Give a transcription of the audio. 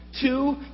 two